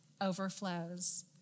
overflows